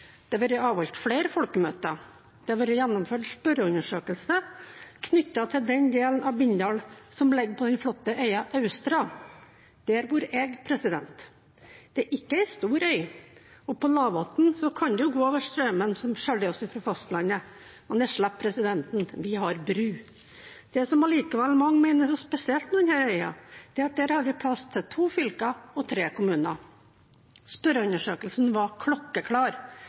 Det har vært avholdt flere folkemøter. Det har vært gjennomført spørreundersøkelse knyttet til den delen av Bindal som ligger på den flotte øya Austra. Der bor jeg. Det er ikke en stor øy, og på lavvann kan du gå over straumen som skiller oss fra fastlandet. Men det slipper en, vi har bru. Det som allikevel mange mener er så spesielt med denne øya, er at der har vi plass til to fylker og tre kommuner. Spørreundersøkelsen var klokkeklar.